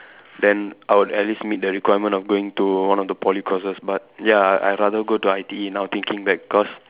then I would at least meet the requirement of going to one of the Poly courses but ya I rather go I_T_E now thinking back cause